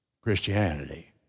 Christianity